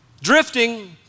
Drifting